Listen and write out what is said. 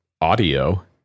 audio